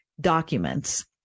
documents